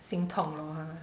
心痛 lor 他